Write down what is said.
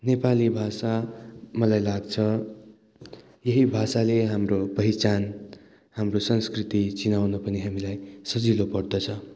नेपाली भाषा मलाई लाग्छ यही भाषाले हाम्रो पहिचान हाम्रो संस्कृति चिनाउन पनि हामीलाई सजिलो पर्दछ